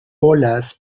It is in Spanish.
bolas